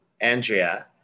Andrea